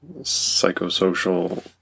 psychosocial